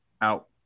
out